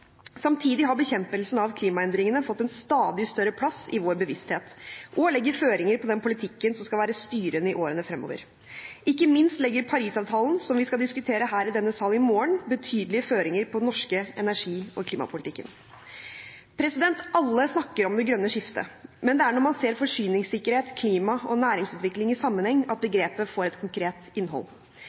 Samtidig har bekjempelsen av klimaendringene fått en stadig større plass i vår bevissthet og legger føringer på den politikken som skal være styrende i årene fremover. Ikke minst legger Paris-avtalen, som vi skal diskutere her i denne sal i morgen, betydelige føringer på den norske energi- og klimapolitikken. Alle snakker om det grønne skiftet, men det er når man ser forsyningssikkerhet, klima og næringsutvikling i sammenheng at begrepet får et konkret innhold.